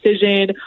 decision